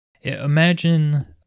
Imagine